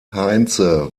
heinze